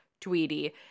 Tweety